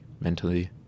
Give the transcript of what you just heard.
mentally